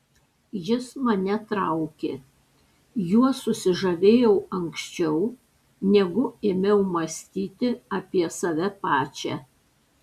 jis mane traukė juo susižavėjau anksčiau negu ėmiau mąstyti apie save pačią